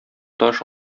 таш